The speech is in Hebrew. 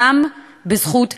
גם בתחום הרפואה.